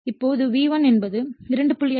இப்போது V1 என்பது 2